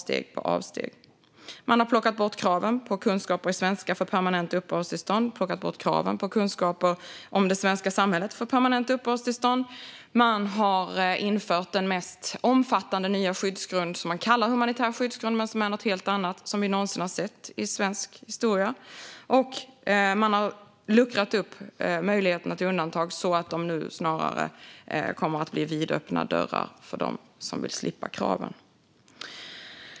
Socialdemokraterna har plockat bort kraven på kunskaper i svenska och om det svenska samhället för permanent uppehållstillstånd. De har infört den mest omfattande nya skyddsgrund som vi någonsin har sett i svensk historia; de kallar den en humanitär skyddsgrund, men den är något helt annat. De har också luckrat upp möjligheterna till undantag så att det nu snarare kommer att bli vidöppna dörrar för dem som vill slippa kraven.